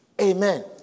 Amen